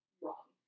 wrong